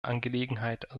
angelegenheit